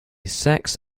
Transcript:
sex